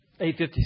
856